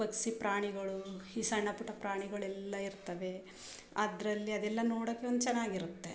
ಪಕ್ಷಿ ಪ್ರಾಣಿಗಳು ಈ ಸಣ್ಣ ಪುಟ್ಟ ಪ್ರಾಣಿಗಳೆಲ್ಲ ಇರ್ತವೆ ಅದರಲ್ಲಿ ಅದೆಲ್ಲ ನೋಡೋಕ್ಕೆ ಒಂದು ಚೆನ್ನಾಗಿರುತ್ತೆ